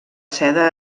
seda